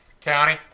County